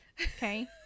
Okay